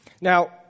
Now